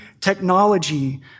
technology